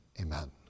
amen